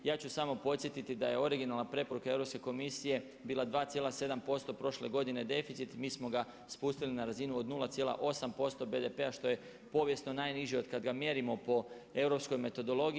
Ja ću samo podsjetiti da je originalna preporuka Europske komisije bila 2,7% prošle godine deficit, mi smo ga spustili na razinu od 0,8% BDP-a što je povijesno najniže od kada ga mjerimo po europskog metodologiji.